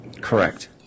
Correct